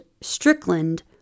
Strickland